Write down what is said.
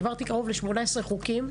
העברתי קרוב ל-18 חוקים,